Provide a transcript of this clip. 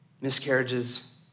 miscarriages